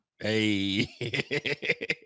Hey